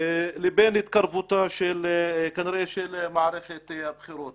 ובין התקרבותה כנראה של מערכת הבחירות.